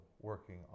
working